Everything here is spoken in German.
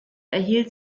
erhielt